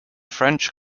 french